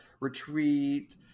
retreat